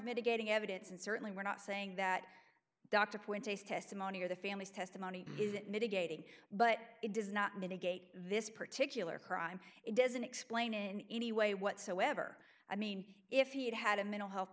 mitigating evidence and certainly we're not saying that dr quinn taste testimony or the family's testimony is that mitigating but it does not mitigate this particular crime it doesn't explain in any way whatsoever i mean if he had had a mental health